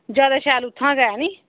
जादै शैल उत्थां गै ऐ नी